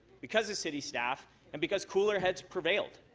because of city staff and because cooler heads prevailed.